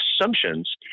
assumptions